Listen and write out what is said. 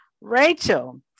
Rachel